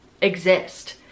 exist